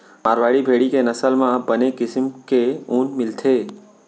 मारवाड़ी भेड़ी के नसल म बने किसम के ऊन मिलथे